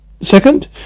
Second